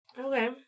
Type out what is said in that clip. Okay